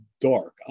dark